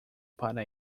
para